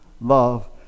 love